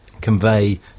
convey